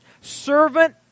servant